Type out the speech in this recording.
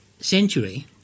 century